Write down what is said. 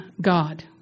God